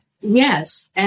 Yes